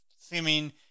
seeming